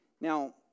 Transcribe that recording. Now